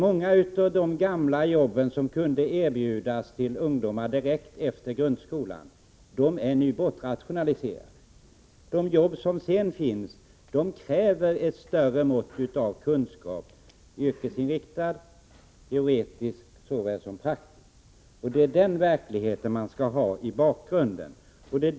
Förr kunde många jobb erbjudas till ungdomar direkt efter grundskolan. De är nu bortrationaliserade. De jobb som finns kräver ett större mått av kunskap — yrkesinriktad, teoretisk såväl som praktisk.